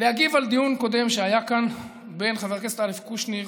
להגיב על דיון קודם שהיה כאן בין חבר הכנסת אלכס קושניר